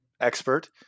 expert